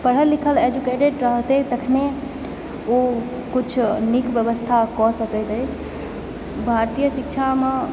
पढ़ल लिखल एजुकेटेड रहतय तखने ओ कुछ नीक व्यवस्था कऽ सकैत अछि भारतीय शिक्षामऽ